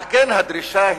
על כן, הדרישה היא,